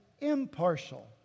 Impartial